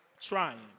trying